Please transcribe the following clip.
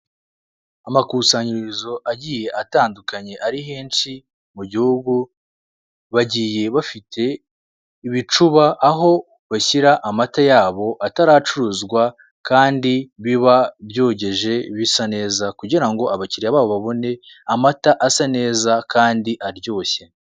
Amakusanyirizo agiye atandukanye ari henshi mu gihugu bagiye bafite ibicuba aho bashyira amata yabo ataracuruzwa kandi biba byogeje bisa neza kugira ngo abakiriya babo babone amata asa neza kandi aryoshye.